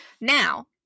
now